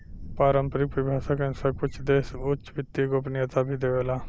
पारम्परिक परिभाषा के अनुसार कुछ देश उच्च वित्तीय गोपनीयता भी देवेला